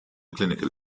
clinical